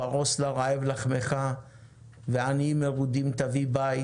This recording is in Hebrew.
"פרוס לרעב לחמך ועניים מרודים תביא בית.